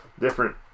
different